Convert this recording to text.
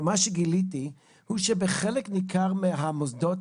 ומה שגליתי הוא שבחלק ניכר מהמוסדות,